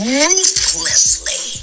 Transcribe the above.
ruthlessly